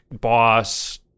Boss